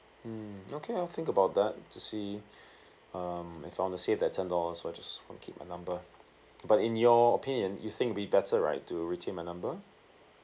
mm okay I'll think about that to see um if I want to save that ten dollar or just I'll keep my number but in your opinion you think be better right to retain my number